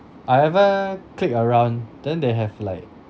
I ever click around then they have like